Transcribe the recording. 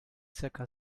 zirka